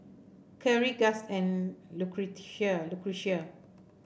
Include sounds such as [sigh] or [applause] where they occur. Khiry Gust and [unintelligible] Lucretia